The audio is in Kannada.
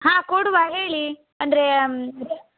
ಹಾಂ ಕೊಡುವ ಹೇಳಿ ಅಂದರೆ